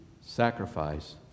sacrifice